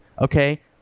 okay